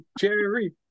Jerry